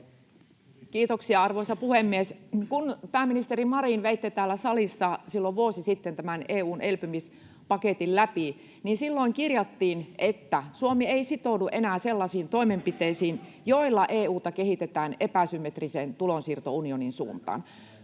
Kiitoksia, arvoisa puhemies! Kun, pääministeri Marin, veitte täällä salissa silloin vuosi sitten EU:n elpymispaketin läpi, niin silloin kirjattiin, että Suomi ei sitoudu enää sellaisiin toimenpiteisiin, joilla EU:ta kehitetään epäsymmetrisen tulonsiirtounionin suuntaan.